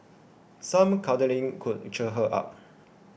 some cuddling could cheer her up